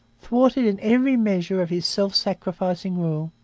thwarted in every measure of his self-sacrificing rule,